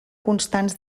constants